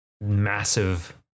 massive